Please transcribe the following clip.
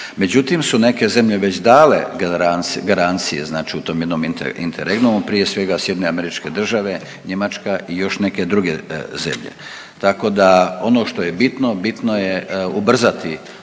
međutim su neke zemlje već dale garancije znači u tom jednom inter, interegnumu, prije svega SAD, Njemačka i još neke druge zemlje, tako da ono što je bitno bitno je ubrzati